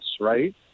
right